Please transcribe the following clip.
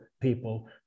people